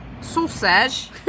sausage